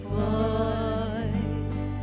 voice